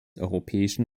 europäischen